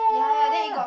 ya ya then it got